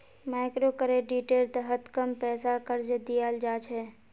मइक्रोक्रेडिटेर तहत कम पैसार कर्ज दियाल जा छे